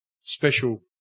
special